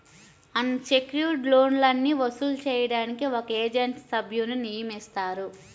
అన్ secured లోన్లని వసూలు చేయడానికి ఒక ఏజెన్సీ సభ్యున్ని నియమిస్తారు